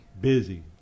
Busy